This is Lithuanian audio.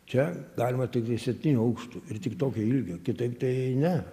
čia galima tiktai septynių aukštų ir tik tokio ilgio kitaip tai ne